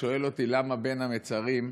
בין המצרים,